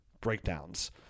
breakdowns